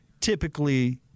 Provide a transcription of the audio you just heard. typically